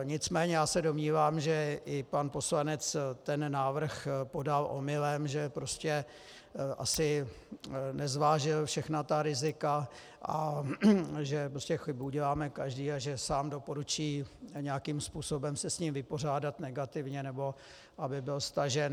Nicméně já se domnívám, že i pan poslanec ten návrh podal omylem, že prostě asi nezvážil všechna ta rizika a že prostě chybu děláme každý a že sám doporučí nějakým způsobem se s ním vypořádat negativně, nebo aby byl stažen.